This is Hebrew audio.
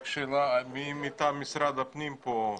רק שאלה, מי מטעם משרד הפנים פה?